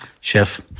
chef